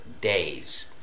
Days